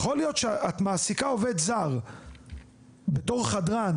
יכו להיות שאת מעסיקה עובד זר בתור חדרן,